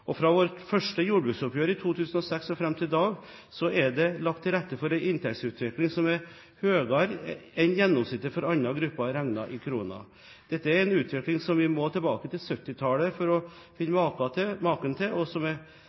Fra vårt første jordbruksoppgjør i 2006 og fram til i dag er det lagt til rette for en inntektsutvikling som er høyere enn gjennomsnittet for andre grupper, regnet i kroner. Dette er en utvikling som vi må tilbake til 1970-tallet for å finne maken til, og som